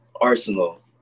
Arsenal